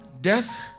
Death